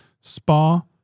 Spa